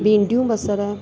भिंडियूं बसर